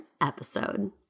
episode